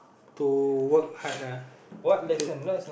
to work hard ah to